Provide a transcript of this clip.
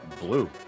blue